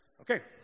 Okay